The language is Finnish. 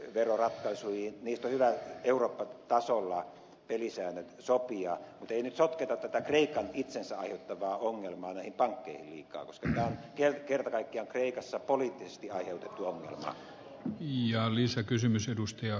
niistä on hyvä eurooppa tasolla pelisäännöt sopia mutta ei nyt sotketa tätä kreikan itsensä aiheuttamaa ongelmaa näihin pankkeihin liikaa koska tämä on kerta kaikkiaan kreikassa poliittisesti aiheutettu ongelma